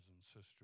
sisters